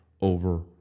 over